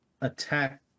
Attack